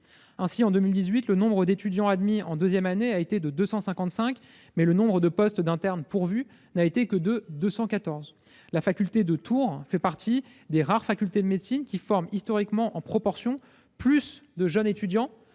Ainsi, en 2018, le nombre d'étudiants admis en deuxième année a été de 255, mais le nombre de postes d'internes pourvus n'a été que de 214. La faculté de Tours fait partie des rares facultés de médecine qui forment historiquement en proportion plus de jeunes étudiants,